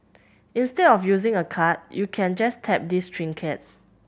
instead of using a card you can just tap this trinket